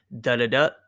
da-da-da